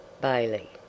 Bailey